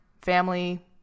family